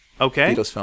Okay